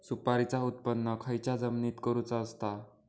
सुपारीचा उत्त्पन खयच्या जमिनीत करूचा असता?